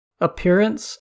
Appearance